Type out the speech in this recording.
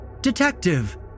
Detective